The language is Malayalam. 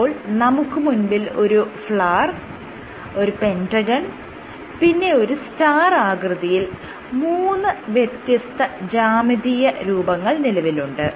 ഇപ്പോൾ നമുക്ക് മുൻപിൽ ഒരു ഫ്ലവർ ഒരു പെന്റഗൺ പിന്നെ ഒരു സ്റ്റാർ ആകൃതിയിൽ മൂന്ന് വ്യത്യസ്ത ജ്യാമിതിയ രൂപങ്ങൾ നിലവിലുണ്ട്